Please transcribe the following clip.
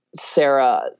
Sarah